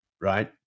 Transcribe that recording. right